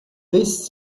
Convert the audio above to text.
this